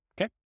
okay